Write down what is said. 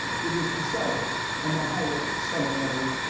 it was decided, on the highest summit levels,